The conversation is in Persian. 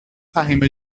فهیمه